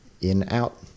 in-out